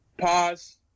Pause